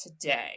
today